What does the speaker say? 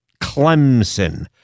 Clemson